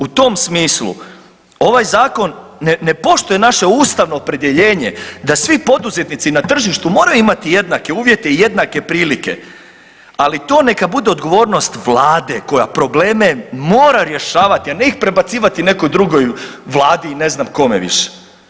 U tom smislu ovaj zakon ne poštuje naše ustavno opredjeljenje da svi poduzetnici na tržištu moraju imati jednake uvjete i jednake prilike, ali to neka bude odgovornost vlade koja probleme mora rješavati, a ne ih prebacivati nekoj drugoj vladi i ne znam kome više.